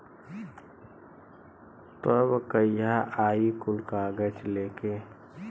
तब कहिया आई कुल कागज़ लेके?